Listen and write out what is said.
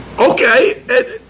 Okay